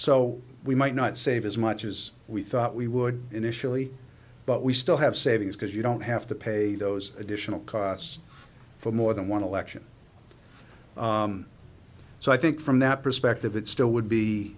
so we might not save as much as we thought we would initially but we still have savings because you don't have to pay those additional costs for more than one election so i think from that perspective it still would be